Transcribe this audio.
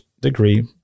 degree